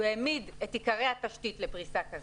הוא העמיד את עיקרי התשתית לפריסה כזאת.